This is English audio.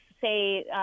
say